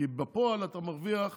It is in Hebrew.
כי בפועל עברת